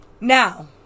Now